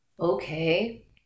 Okay